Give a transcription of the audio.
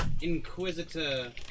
Inquisitor